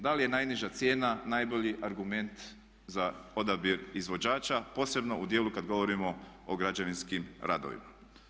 Da li je najniža cijena najbolji argument za odabir izvođača posebno u dijelu kad govorimo o građevinskim radovima.